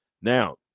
Now